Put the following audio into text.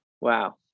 Wow